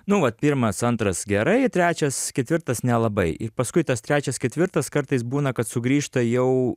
nu vat pirmas antras gerai trečias ketvirtas nelabai ir paskui tas trečias ketvirtas kartais būna kad sugrįžta jau